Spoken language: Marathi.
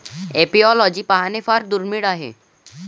एपिओलॉजी पाहणे फार दुर्मिळ आहे